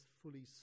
fully